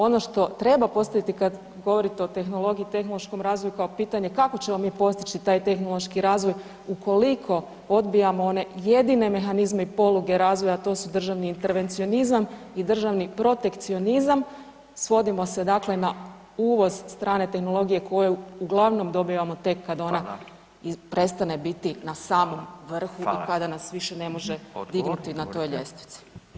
Ono što treba postaviti, kad govorite o tehnologiji i tehnološkom razvoju kao pitanje kako ćemo mi postići taj tehnološki razvoj ukoliko odbijamo one jedine mehanizme i poluge razvoja, to su državni intervencionizam i državni protekcionizam, svodimo se dakle na uvoz strane tehnologiju uglavnom dobijamo tek kad ona [[Upadica: Hvala.]] prestane biti na samom vrhu kada [[Upadica: Hvala.]] nas više ne može dignuti na toj ljestvici.